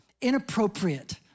inappropriate